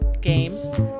games